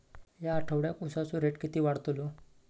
या आठवड्याक उसाचो रेट किती वाढतलो?